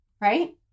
right